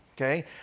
okay